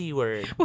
word